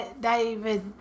David